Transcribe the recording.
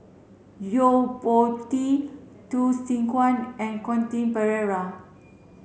Yo Po Tee Hsu Tse Kwang and Quentin Pereira